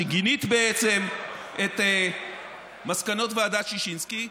שגינית בעצם את מסקנות ועדת ששינסקי?